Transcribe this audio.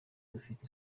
bafite